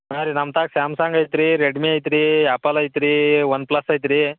ಹಾಂ ರೀ ನಮ್ತಾಗ ಸ್ಯಾಮ್ಸಾಂಗ್ ಐತ್ರಿ ರೆಡ್ಮಿ ಐತ್ರಿ ಅಪೊಲೋ ಐತ್ರಿ ಒನ್ಪ್ಲಸ್ ಐತ್ರಿ